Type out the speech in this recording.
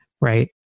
right